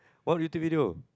what YouTube video